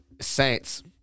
Saints